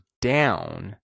down